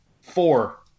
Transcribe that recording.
Four